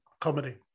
comedy